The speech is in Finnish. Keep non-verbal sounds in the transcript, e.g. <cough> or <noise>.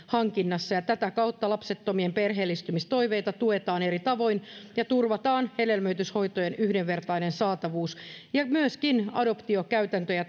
<unintelligible> hankinnassa tätä kautta lapsettomien perheellistymistoiveita tuetaan eri tavoin ja turvataan hedelmöityshoitojen yhdenvertainen saatavuus ja myöskin adoptiokäytäntöjä <unintelligible>